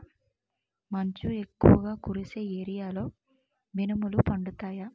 మంచు ఎక్కువుగా కురిసే ఏరియాలో మినుములు పండుతాయా?